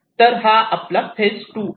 तर हा आपला फेज 2 आहे